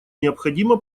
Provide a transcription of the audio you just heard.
необходимо